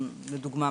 לדוגמא,